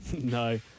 No